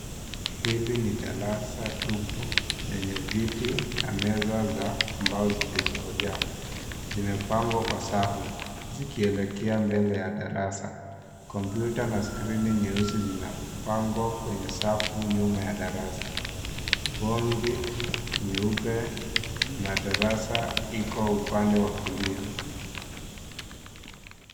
Hili ni darasa tupu lenye viti na meza za mbao zilizojaa. Zimepangwa kwa safu zikielekea mbele ya darasa. Kompyuta na skrini nyeusi zimepangwa kwenye safu nyuma ya darasa. Gongi nyeupe na darasa iko upande wa kulia.